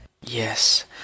Yes